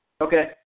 Okay